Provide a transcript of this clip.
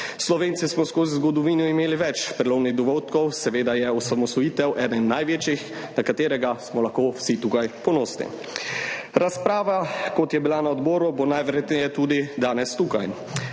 Slovenci smo skozi zgodovino imeli več prelomnih dogodkov, seveda je osamosvojitev eden največjih, na katerega smo lahko vsi tukaj ponosni. Razprave – kot je bila na odboru, bo najverjetneje tudi danes tukaj